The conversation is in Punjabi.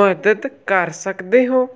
ਮਦਦ ਕਰ ਸਕਦੇ ਹੋ